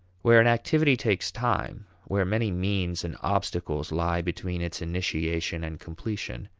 where an activity takes time, where many means and obstacles lie between its initiation and completion,